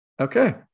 Okay